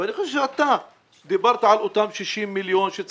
ואני חושב שאתה דיברת על אותם 60 מיליון שקלים